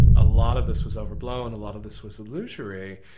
a lot of this was overblown, a lot of this was illusory,